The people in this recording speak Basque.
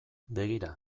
begira